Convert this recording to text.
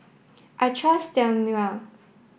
I trust Sterimar